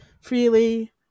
freely